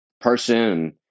person